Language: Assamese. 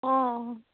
অঁ